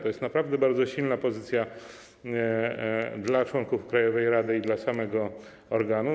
To jest naprawdę bardzo silna pozycja członków krajowej rady i samego organu.